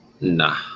Nah